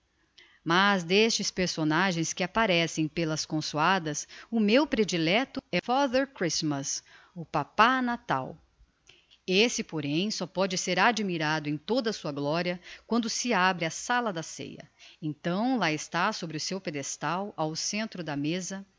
mas d'estes personagens que apparecem pelas consoadas o meu predilecto é father christmas o papá natal esse porém só póde ser admirado em toda a sua gloria quando se abre a sala da ceia então lá está sobre o seu pedestal ao centro da meza que